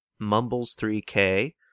mumbles3k